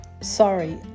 Sorry